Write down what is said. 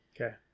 okay